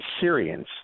Syrians